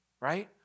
right